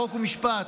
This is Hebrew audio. חוק ומשפט,